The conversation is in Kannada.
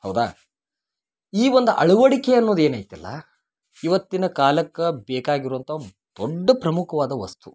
ಹೌದಾ ಈ ಒಂದು ಅಳವಡಿಕೆ ಅನ್ನೋದು ಏನು ಐತಲ್ಲ ಇವತ್ತಿನ ಕಾಲಕ್ಕೆ ಬೇಕಾಗಿರೋವಂಥ ಒಂದು ದೊಡ್ಡ ಪ್ರಮುಖವಾದ ವಸ್ತು